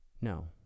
No